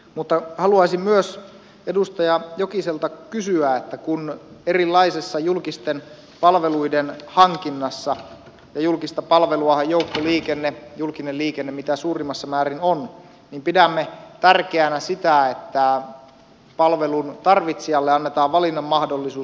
mutta haluaisin edustaja jokiselta myös kysyä kun erilaisissa julkisten palveluiden hankinnoissa ja julkista palveluahan joukkoliikenne julkinen liikenne mitä suurimmassa määrin on pidämme tärkeänä sitä että palvelun tarvitsijalle annetaan valinnan mahdollisuus